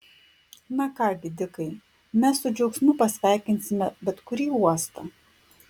na ką gi dikai mes su džiaugsmu pasveikinsime bet kurį uostą